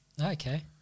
Okay